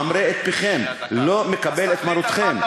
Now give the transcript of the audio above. ממרה את פיכם, לא מקבל את מרותכם.